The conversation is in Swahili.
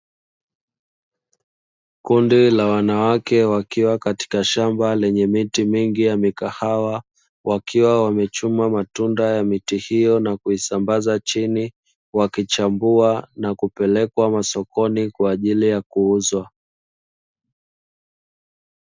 Kundi la wanawake wakiwa katika shamba lenye miti mingi ya mikahawa, wakiwa wamechuma matunda ya miti hiyo na kuisambaza chini; wakichambua na kupeleka masokoni kwa ajili ya kuuzwa.